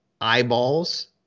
eyeballs